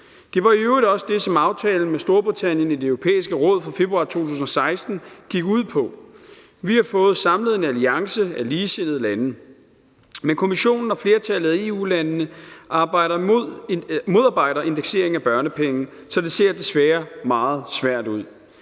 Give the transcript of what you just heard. Det var i øvrigt også det, som aftalen med Storbritannien i Det Europæiske Råd fra februar 2016 gik ud på. Vi har fået samlet en alliance af ligesindede lande, men Kommissionen og flertallet af EU-landene modarbejder indeksering af børnepenge, så det ser desværre meget svært ud.